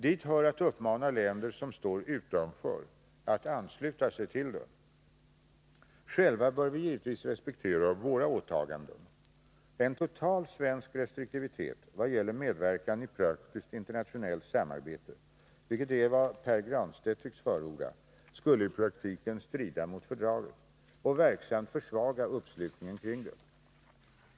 Dit hör att uppmana länder som står utanför att ansluta sig till det. Själva bör vi givetvis respektera våra åtaganden. En total svensk restriktivitet i vad gäller medverkan i praktiskt internationellt samarbete — vilket är vad Pär Granstedt tycks förorda — skulle i praktiken strida mot fördraget och verksamt försvaga uppslutningen kring det.